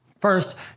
First